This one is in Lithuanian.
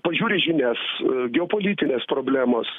pažiūri žinias geopolitinės problemos